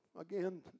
again